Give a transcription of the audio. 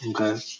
Okay